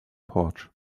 porch